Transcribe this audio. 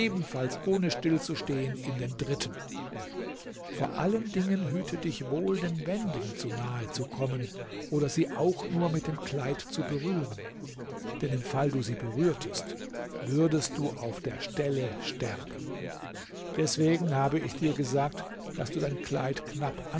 ohne still zu stehen in den dritten vor allen dingen hüte dich wohl den wänden zu nahe zu kommen oder sie auch nur mit dem kleid zu berühren denn im fall du sie berührtest würdest du auf der stelle sterben deswegen habe ich dir gesagt daß du dein kleid knapp